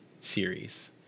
series